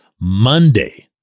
Monday